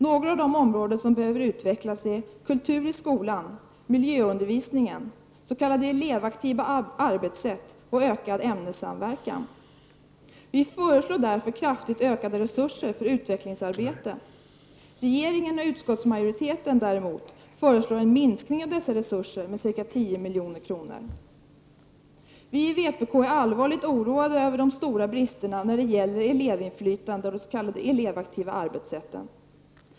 Några av de områden som behöver utvecklas är: kultur i skolan, miljöundervisningen, elevaktiva arbetssätt och ökad ämnessamverkan. Vi föreslår därför kraftigt ökade resurser för utvecklingsarbete. Regeringen och utskottsmajoriteten, däremot, föreslår en minskning av dessa resurser med ca 10 milj.kr. Vi i vpk är allvarligt oroade över de stora bristerna när det gäller elevinflytandet och det som brukar kallas elevaktiva arbetssätt.